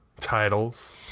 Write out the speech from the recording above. titles